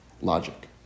logic